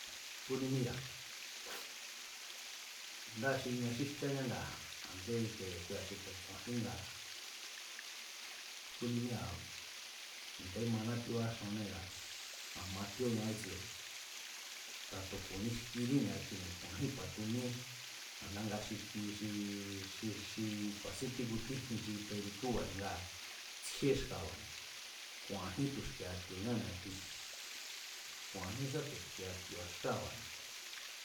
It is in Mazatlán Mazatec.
Kúnimíra̱ ndáa̱ xi ña xí jcháñá ngaa̱ a̱ndé ike kuira̱ xi kju̱e̱tsura̱ íén ngaa̱ kúnímíra̱ ndé maná tíóá xanné ngaa̱ a̱ ma tíóña ítsiene̱ tu̱a tu̱ kuni jkiní ni̱a kuine̱ ku̱a̱njín ku̱a̱tuníe a̱nda nga xi kui xi xi ku̱a̱sin tíkutíjin xi perikúba̱ne̱ ngaa̱ tsjíé xka̱ba̱ne̱ ku̱a̱njín tu̱xki̱e̱a̱ ti̱o̱ñá ni̱a kui ku̱a̱njín sá tu̱ski̱e̱a ti̱o̱a xkáa̱ba̱ne̱.